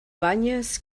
banyes